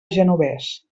genovés